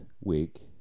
week